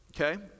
Okay